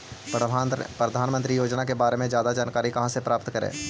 प्रधानमंत्री योजना के बारे में जादा जानकारी कहा से प्राप्त करे?